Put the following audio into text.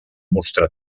mostrar